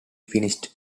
finished